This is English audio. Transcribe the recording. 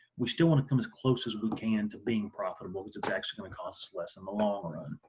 we still want to come as close as we can to being profitable because it's actually going to cost us less in the long run.